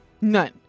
None